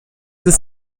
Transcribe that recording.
ist